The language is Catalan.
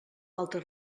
altre